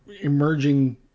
emerging